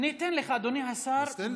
אני אתן לך, אדוני השר, אז תן לי.